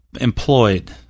employed